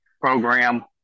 program